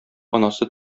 анасы